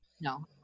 no